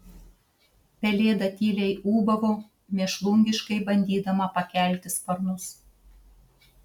pelėda tyliai ūbavo mėšlungiškai bandydama pakelti sparnus